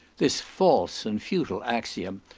this false and futile axiom,